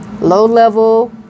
Low-level